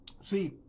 See